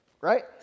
right